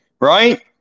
Right